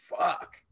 fuck